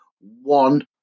one